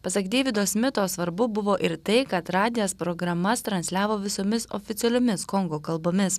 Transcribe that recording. pasak deivido smito svarbu buvo ir tai kad radijas programas transliavo visomis oficialiomis kongo kalbomis